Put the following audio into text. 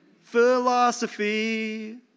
philosophy